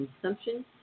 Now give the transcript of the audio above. consumption